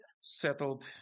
settled